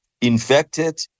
infected